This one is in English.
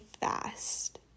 fast